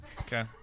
Okay